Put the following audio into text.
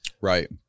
right